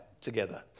together